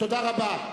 תודה רבה.